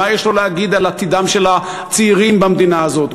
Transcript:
מה יש לו להגיד על עתידם של הצעירים במדינה הזאת.